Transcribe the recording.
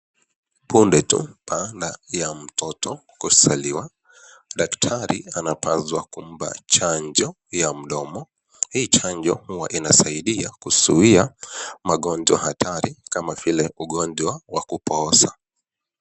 Punde tu baada ya mtoto kuzaliwa, daktari anapaswa kumpa chanjo ya mdomo, hii chanjo huwa inasaidia kuzuia magonjwa hatari kama vili ugonjwa wa kupooza.